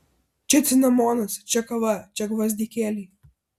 čia cinamonas čia kava čia gvazdikėliai